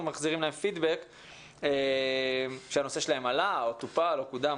מחזירים להם פידבק שהנושא שלהם עלה או טופל או קודם,